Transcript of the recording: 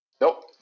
Nope